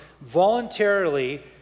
voluntarily